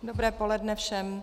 Dobré poledne všem.